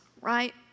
Right